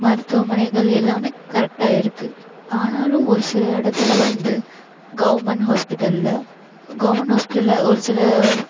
மருத்துவமனைகள் எல்லாமே கரெக்டாக இருக்குது ஆனாலும் ஒரு சில இடத்துல வந்து கவர்மெண்ட் ஹாஸ்பிட்டல்ல கவர்மெண்ட் ஹாஸ்பிட்டல்ல ஒரு சில